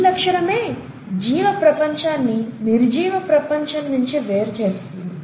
ఈ లక్షణమే జీవ ప్రపంచాన్ని నిర్జీవ ప్రపంచం నించి వేరు చేస్తుంది